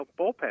bullpen